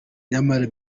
nyamara